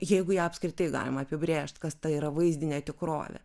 jeigu ją apskritai galima apibrėžt kas tai yra vaizdinė tikrovė